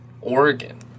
Oregon